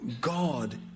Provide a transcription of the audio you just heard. God